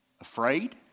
Afraid